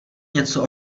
něco